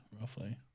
roughly